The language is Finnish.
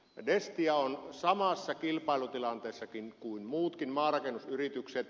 destia on samassa kilpailutilanteessa kuin muutkin maarakennusyritykset